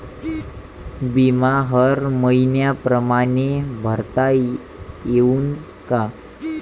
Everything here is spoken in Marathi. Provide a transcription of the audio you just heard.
बिमा हर मइन्या परमाने भरता येऊन का?